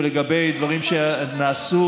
לגבי דברים שנעשו,